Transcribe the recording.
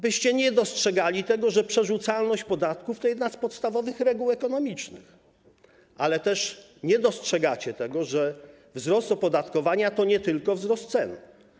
Wyście nie dostrzegali tego, że przerzucalność podatków to jedna z podstawowych reguł ekonomicznych, ale też nie dostrzegacie tego, że wzrost opodatkowania to nie tylko wzrost cen.